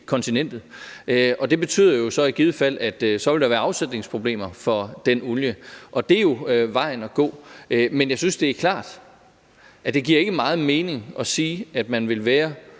kontinentet. Og det betyder så i givet fald, at der så vil være afsætningsproblemer for den olie, og det er jo vejen at gå. Men jeg synes, det er klart, at det ikke giver meget mening at sige, at man vil være